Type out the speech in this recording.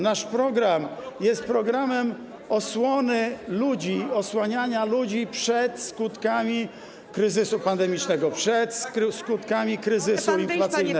Nasz program jest programem osłony ludzi, osłaniania ludzi przed skutkami kryzysu pandemicznego, przed skutkami kryzysu inflacyjnego.